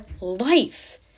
life